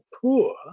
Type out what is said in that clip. poor